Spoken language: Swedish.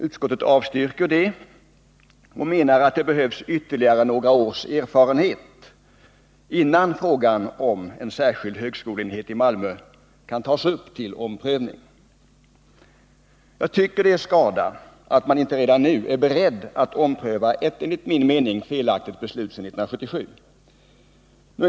Utskottet avstyrker och menar att det behövs ytterligare några års erfarenhet, innan frågan om en särskild högskoleenhet i Malmö kan tas upp till omprövning. Jag tycker att det är skada att man inte redan nu är beredd att ompröva ett, enligt min mening, felaktigt beslut från 1977.